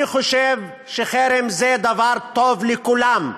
אני חושב שחרם זה דבר טוב לכולם.